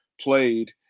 played